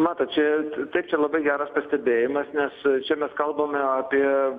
matot čia taip čia labai geras pastebėjimas nes čia mes kalbame apie